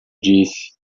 disse